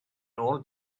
nôl